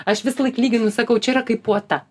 aš visąlaik lyginu sakau čia yra kaip puota